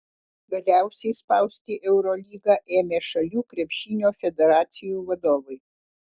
galiausiai spausti eurolygą ėmė šalių krepšinio federacijų vadovai